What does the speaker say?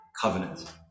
covenant